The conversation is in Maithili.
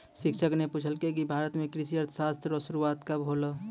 शिक्षक न पूछलकै कि भारत म कृषि अर्थशास्त्र रो शुरूआत कब होलौ